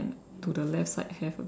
to the left like have a bit